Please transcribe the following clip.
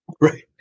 right